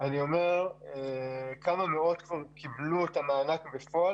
אני אומר שכמה מאות קיבלו את המענק בפועל